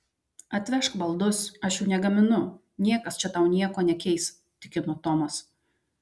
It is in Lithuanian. atvežk baldus aš jų negaminu niekas čia tau nieko nekeis tikino tomas